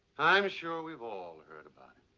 i'm sure we've all heard about